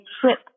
trip